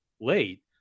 late